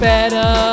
Better